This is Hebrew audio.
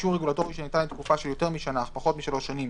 (ב)אישור רגולטורי שניתן לתקופה של יותר משנה אך פחות משלוש שנים,